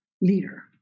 leader